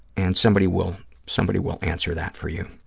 and somebody will somebody will answer that for you.